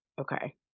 Okay